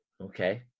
okay